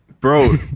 Bro